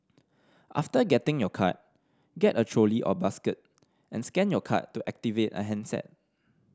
after getting your card get a trolley or basket and scan your card to activate a handset